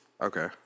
Okay